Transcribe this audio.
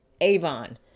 Avon